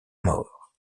mort